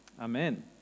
Amen